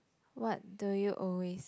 what do you always